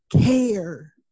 care